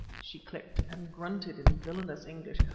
she clicked and grunted in villainous english,